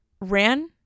ran